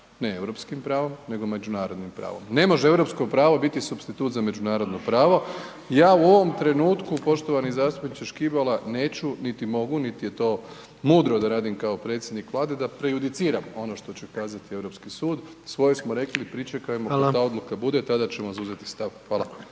ne europskim pravom nego međunarodnim pravom. Ne može europsko pravo biti supstitut za međunarodno pravo. Ja u ovom trenutku poštovani zastupničke Škibola neću, niti mogu, niti je to mudro da radim kao predsjednik Vlade da prejudiciram ono što će kazati Europski sud. Svoje smo rekli, pričekajmo da ta odluka bude i tada ćemo zauzeti stav. Hvala.